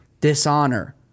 dishonor